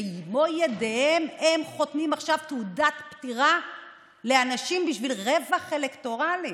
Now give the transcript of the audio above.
במו ידיהם הם חותמים עכשיו על תעודת פטירה לאנשים בשביל רווח אלקטורלי,